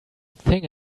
thing